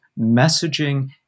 messaging